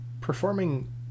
performing